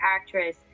actress